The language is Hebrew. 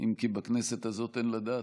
אם כי בכנסת הזאת אין לדעת,